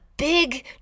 Big